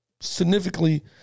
significantly